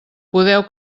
podeu